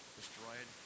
destroyed